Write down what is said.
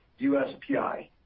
USPI